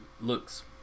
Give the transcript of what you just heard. looks